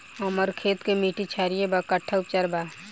हमर खेत के मिट्टी क्षारीय बा कट्ठा उपचार बा?